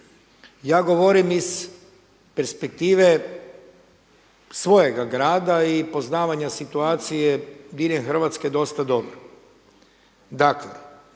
Ja govorim iz perspektive svojega grada i poznavanja situacije diljem Hrvatske dosta dobro.